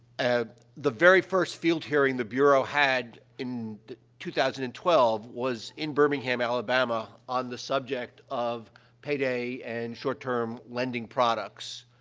ah, the very first field hearing the bureau had, in two thousand and twelve, was in birmingham, alabama, on the subject of payday and short-term lending products.